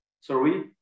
Sorry